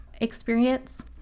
experience